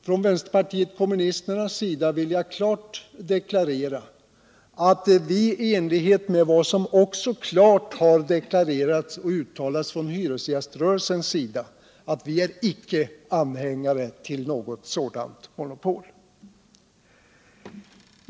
Från vänsterpartiet kommunisternas sida vill jag klart deklarera att vi inte är anhängare av något sådant monopol, en uppfattning som också klart har deklararerats från hyresgäströrelsens sida.